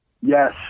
Yes